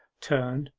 turned,